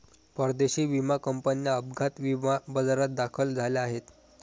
परदेशी विमा कंपन्या अपघात विमा बाजारात दाखल झाल्या आहेत